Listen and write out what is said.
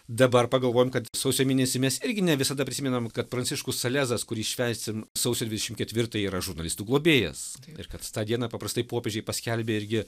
dabar pagalvojom kad sausio mėnesį mes irgi ne visada prisimenam kad pranciškus salezas kurį švęsim sausio dvidešim ketvirtą yra žurnalistų globėjas ir kad tą dieną paprastai popiežiai paskelbė irgi